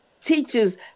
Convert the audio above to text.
teaches